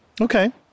Okay